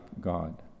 God